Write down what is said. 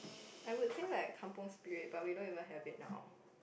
I would say like kampung Spirit but we don't even have it now